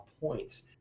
points